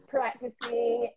Practicing